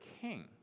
king